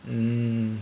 mm